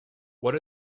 what